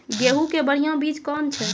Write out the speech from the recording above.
गेहूँ के बढ़िया बीज कौन छ?